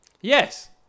Yes